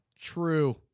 True